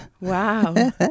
Wow